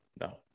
no